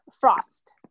frost